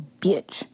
bitch